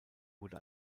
wurde